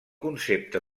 concepte